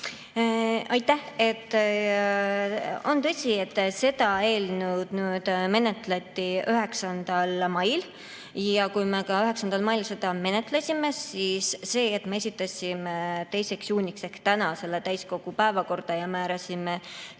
Aitäh! On tõsi, et seda eelnõu menetleti 9. mail. Kui me 9. mail seda menetlesime, siis see, et me esitasime selle 2. juuniks ehk tänaseks täiskogu päevakorda ja määrasime